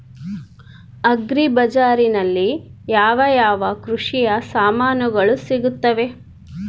Agri ಬಜಾರಿನಲ್ಲಿ ಯಾವ ಯಾವ ಕೃಷಿಯ ಸಾಮಾನುಗಳು ಸಿಗುತ್ತವೆ?